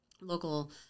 local